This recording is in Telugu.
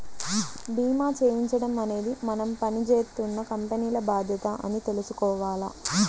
భీమా చేయించడం అనేది మనం పని జేత్తున్న కంపెనీల బాధ్యత అని తెలుసుకోవాల